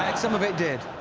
some of it did.